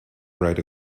great